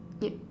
yup